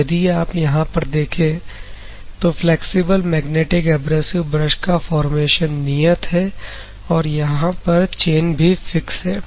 तो यदि आप यहां देखें तो फ्लैक्सिबल मैग्नेटिक एब्रेसिव ब्रश का फॉरमेशन नियत है और यहां पर चैन भी फिक्स है